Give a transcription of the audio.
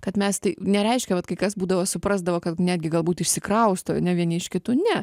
kad mes tai nereiškia vat kai kas būdavo suprasdavo kad netgi galbūt išsikrausto ane vieni iš kitų ne